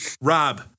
Rob